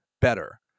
better